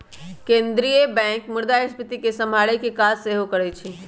केंद्रीय बैंक मुद्रास्फीति के सम्हारे के काज सेहो करइ छइ